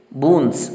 boons